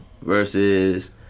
versus